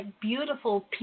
beautiful